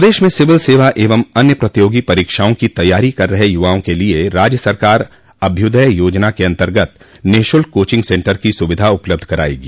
प्रदेश में सिविल सेवा एवं अन्य प्रतियोगी परीक्षाओं की तैयारी कर रहे युवाओं के लिए राज्य सरकार अभ्युदय योजना के अंतर्गत निःशुल्क कोचिंग सेन्टर की सुविधा उपलब्ध करायेगी